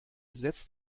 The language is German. setzt